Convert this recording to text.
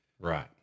Right